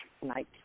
tonight